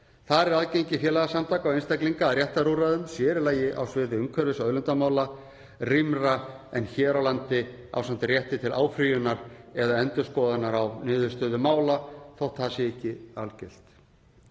Þar er aðgengi félagasamtaka og einstaklinga að réttarúrræðum, sér í lagi á sviði umhverfis- og auðlindamála, rýmra en hér á landi ásamt rétti til áfrýjunar eða endurskoðunar á niðurstöðu mála þótt það sé ekki algilt.